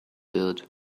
wird